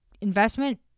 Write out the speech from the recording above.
investment